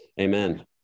Amen